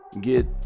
get